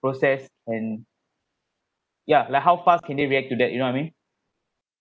process and ya like how fast can they react to that you know I mean